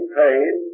paid